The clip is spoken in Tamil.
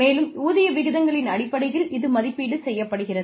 மேலும் ஊதிய விகிதங்களின் அடிப்படையில் இது மதிப்பீடு செய்யப்படுகிறது